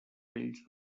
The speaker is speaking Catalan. vells